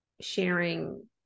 sharing